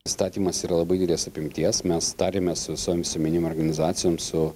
įstatymas yra labai didelės apimties mes tarėmės su visom visuomeninėm organizacijom su